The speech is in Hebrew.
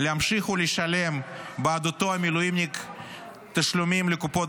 להמשיך ולשלם בעד אותו המילואימניק תשלומים לקופות